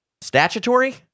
Statutory